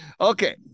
Okay